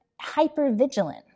hyper-vigilant